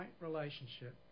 relationship